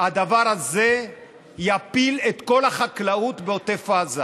הדבר הזה יפיל את כל החקלאות בעוטף עזה.